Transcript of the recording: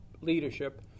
leadership